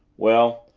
well,